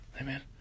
Amen